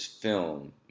film